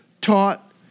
taught